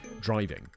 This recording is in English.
driving